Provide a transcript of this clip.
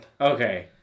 Okay